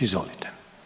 Izvolite.